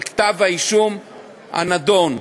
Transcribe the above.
לכתב-האישום הנדון,